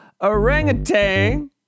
orangutan